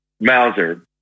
Mauser